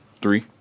Three